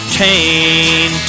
chain